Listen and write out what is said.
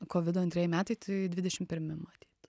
kovido antrieji metai tai dvidešim pirmi matyt